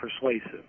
persuasive